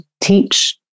teach